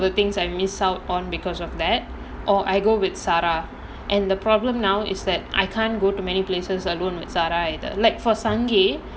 but most of the things I miss out on because of that or I go with sara and the problem now is that I can't go to many places alone with sara either like for sungei